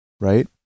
right